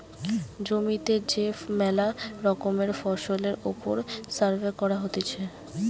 জমিতে যে মেলা রকমের ফসলের ওপর সার্ভে করা হতিছে